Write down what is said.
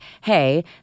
hey